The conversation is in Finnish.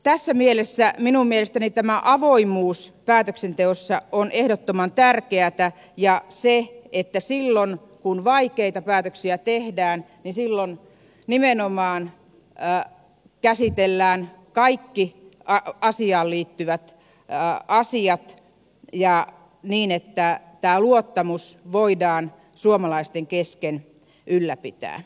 tässä mielessä minun mielestäni tämä avoimuus päätöksenteossa on ehdottoman tärkeätä ja se että silloin kun vaikeita päätöksiä tehdään nimenomaan käsitellään kaikki asiaan liittyvät asiat ja niin että luottamus voidaan suomalaisten kesken ylläpitää